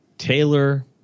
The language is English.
Taylor